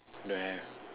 don't have